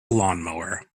lawnmower